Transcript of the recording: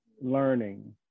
learning